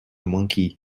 monkey